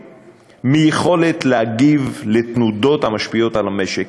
יכולת להגיב על תנודות המשפיעות על המשק,